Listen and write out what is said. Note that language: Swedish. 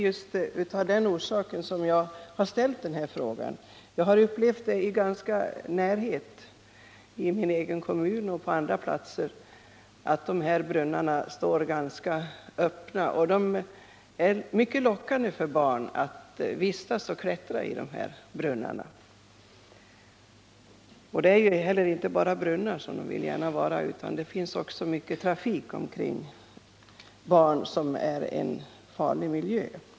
Just av denna orsak har jag ställt min fråga. Jag har på nära håll i min hemkommun och på andra platser observerat att brunnar står öppna. Det är mycket lockande för barn att vistas och klättra i dessa brunnar. Även trafiken omkring dem medför att barnen befinner sig i en farlig miljö.